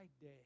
day